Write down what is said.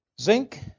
Zinc